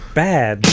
bad